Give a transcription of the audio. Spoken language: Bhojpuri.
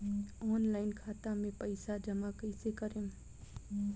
ऑनलाइन खाता मे पईसा जमा कइसे करेम?